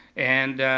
and